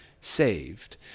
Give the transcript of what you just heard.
saved